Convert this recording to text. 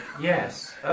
Yes